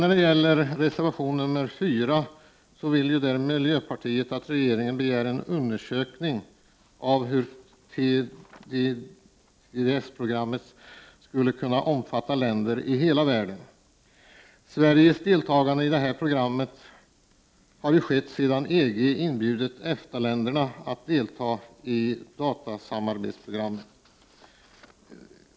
När det gäller reservation 4 vill miljöpartiet att riksdagen skall begära en undersökning av hur TEDIS-programmet skulle kunna utvidgas till att omfatta länder i hela världen. Sveriges deltagande i det här programmet har kommit till stånd sedan EG inbjudit EFTA-länderna att delta i datasamarbetsprogrammet.